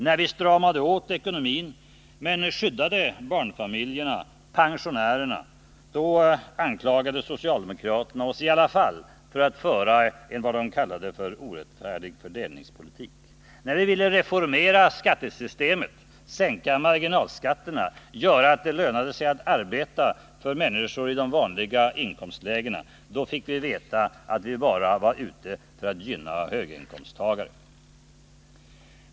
När vi stramade åt ekonomin men skyddade barnfamiljer och pensionärer, anklagade socialdemokraterna oss i alla fall för att föra vad de kallade en orättfärdig fördelningspolitik. När vi ville reformera skattesystemet, sänka marginalskatterna, göra att det lönade sig att arbeta för människor i de vanliga inkomstlägena, fick vi veta att vi bara var ute efter att gynna höginkomsttagare.